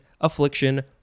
affliction